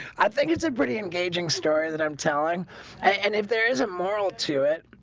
i think it's a pretty engaging story that i'm telling and if there isn't moral to it